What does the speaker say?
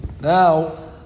now